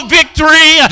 victory